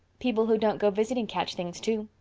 people who don't go visiting catch things, too.